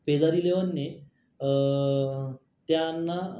पेदारी इलेवनने त्यांना